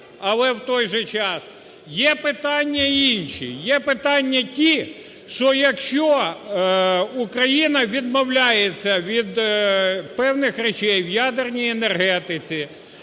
але в той же час є питання інші, є питання ті, що якщо Україна відмовляється від певних речей в ядерній енергетиці,